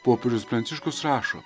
popiežius pranciškus rašo